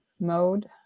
mode